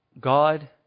God